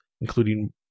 including